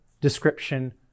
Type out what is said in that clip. description